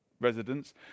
residents